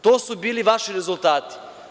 To su bili vaši rezultati.